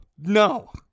No